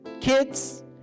kids